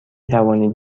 توانید